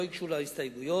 ולא הוגשו לה הסתייגויות.